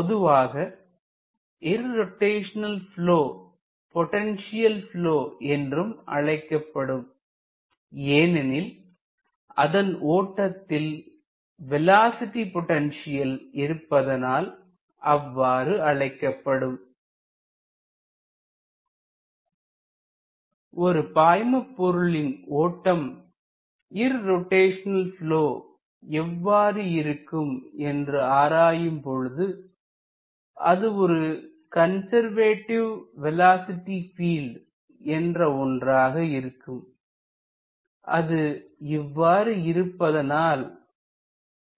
பொதுவாக irrotational flow potential flow என்றும் அழைக்கப்படும் ஏனெனில் அதன் ஓட்டத்தில் வேலோஸிட்டி பொட்டன்ஷியல் இருப்பதனால் அவ்வாறு அழைக்கப்படும் ஒரு பாய்மபொருளின் ஓட்டம் இர்ரோட்டைஷனல் ப்லொ எவ்வாறு இருக்கும் என்று ஆராயும் பொழுது அது ஒரு கன்சர்வேட்டிவ் வேலோஸிட்டி பீல்ட் என்ற ஒன்றாக இருக்கும் அது இவ்வாறு இருப்பதனால்